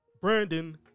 Brandon